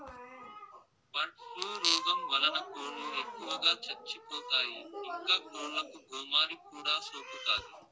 bird flu రోగం వలన కోళ్ళు ఎక్కువగా చచ్చిపోతాయి, ఇంకా కోళ్ళకు గోమారి కూడా సోకుతాది